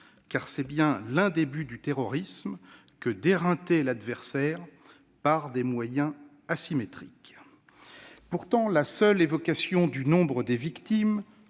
c'est bien l'un des buts du terrorisme que d'éreinter l'adversaire par des moyens asymétriques. Pourtant, la seule évocation du nombre des victimes-